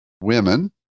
women